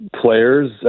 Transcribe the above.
players